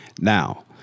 Now